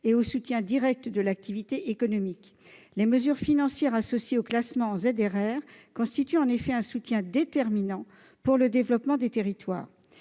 et au soutien direct à l'activité économique. Les mesures financières associées au classement en ZRR constituent en effet un soutien déterminant pour le développement des territoires.